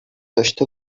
داشته